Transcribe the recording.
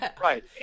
Right